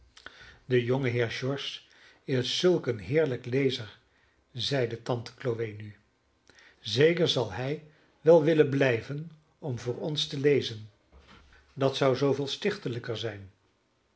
de jongeheer george is zulk een heerlijk lezer zeide tante chloe nu zeker zal hij wel willen blijven om voor ons te lezen dat zou zooveel stichtelijker zijn